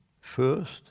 first